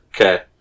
Okay